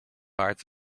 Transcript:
paard